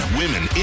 women